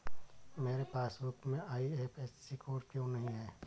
मेरे पासबुक में IFSC code क्यो नहीं है?